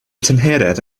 tymheredd